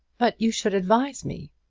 but you should advise me.